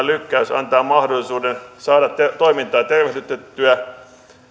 lykkäys antaa mahdollisuuden saada toimintaa tervehdytettyä